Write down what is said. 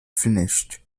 finished